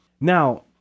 now